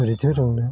बोरैथो रोंनो